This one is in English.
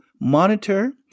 monitor